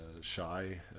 shy